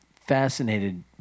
fascinated